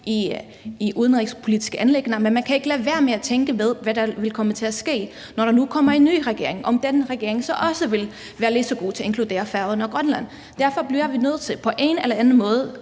i udenrigspolitiske anliggender. Men man kan ikke lade være med at tænke på, hvad der vil komme til at ske, når der kommer en ny regering, og om den regering så også vil være lige så god til at inkludere Færøerne og Grønland. Derfor bliver vi på en eller anden måde